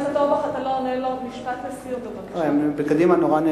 לא, אל תפריע לו, הוא כבר בסיום